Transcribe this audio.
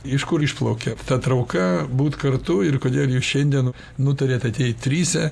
iš kur išplaukė ta trauka būt kartu ir kodėl jūs šiandien nutarėt ateit tryse